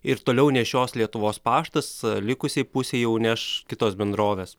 ir toliau nešios lietuvos paštas likusiai pusei jau neš kitos bendrovės